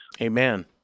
Amen